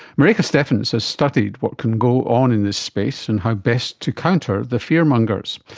maryke steffens has studied what can go on in this space and how best to counter the fear mongers.